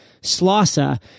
Slossa